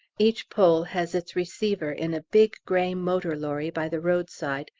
each pole has its receiver in a big grey motor-lorry by the roadside,